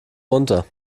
runter